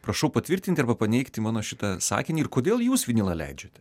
prašau patvirtinti arba paneigti mano šitą sakinį ir kodėl jūs vinilą leidžiate